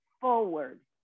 forward